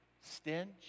stench